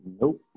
Nope